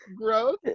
growth